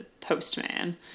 postman